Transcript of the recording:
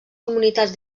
comunitats